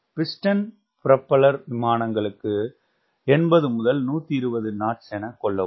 piston propeller விமானங்களுக்கு 80 120 knots என கொள்ளவும்